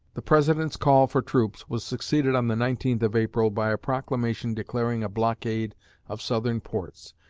the president's call for troops was succeeded on the nineteenth of april by a proclamation declaring a blockade of southern ports.